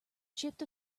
chipped